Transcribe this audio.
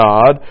God